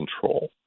control